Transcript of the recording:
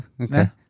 Okay